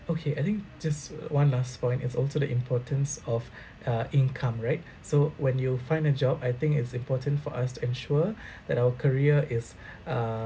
okay I think just uh one last point it's also the importance of uh income right so when you find a job I think it's important for us to ensure that our career is uh